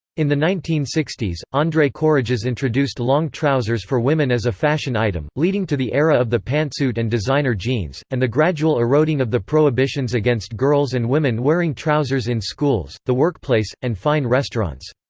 in the nineteen sixty s, andre courreges introduced long trousers for women as a fashion item, leading to the era of the pantsuit and designer jeans, and the gradual eroding of the prohibitions against girls and women wearing trousers in schools, the workplace, and fine restaurants.